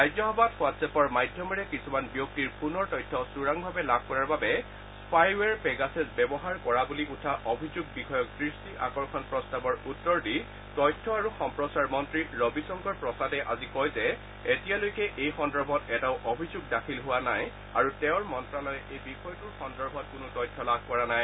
ৰাজ্যসভাত ৱাট্ছএপৰ মাধ্যমেৰে কিছুমান ব্যক্তিৰ ফোনৰ তথ্য চোৰাংভাৱে লাভ কৰাৰ বাবে স্পাইৱেৰ পেগাছেছ ব্যৱহাৰ কৰা বুলি উঠা অভিযোগ বিষয়ক দৃষ্টি আকৰ্ষণ প্ৰস্তাৱৰ উত্তৰ দি তথ্য আৰু সম্প্ৰচাৰ মন্ত্ৰী ৰবি শংকৰ প্ৰসাদে আজি কয় যে এতিয়ালৈকে এই সন্দৰ্ভত এটাও অভিযোগ দাখিল হোৱা নাই আৰু তেওঁৰ মন্তালয়ে এই বিষয়টোৰ সন্দৰ্ভত কোনো তথ্য লাভ কৰা নাই